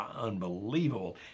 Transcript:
unbelievable